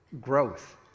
growth